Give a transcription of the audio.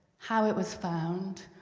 how it was found,